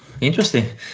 Interesting